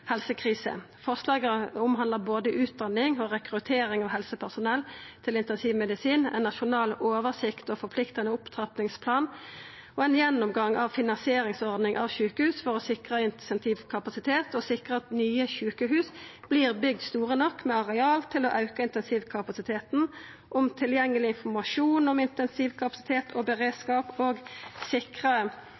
omhandlar både utdanning og rekruttering av helsepersonell til intensivmedisin, ein nasjonal oversikt og ein forpliktande opptrappingsplan, og ein gjennomgang av finansordning for sjukehus for å sikra intensivkapasitet og sikra at nye sjukehus vert bygde store nok, med areal til å auka intensivkapasiteten, tilgjengeleg informasjon om intensivkapasitet og beredskap, og sikra